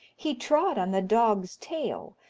he trod on the dog's tail,